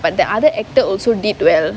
but the other actor also did well